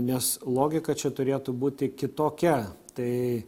nes logika čia turėtų būti kitokia tai